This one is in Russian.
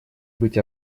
быть